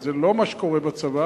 זה לא מה שקורה בצבא.